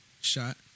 Shot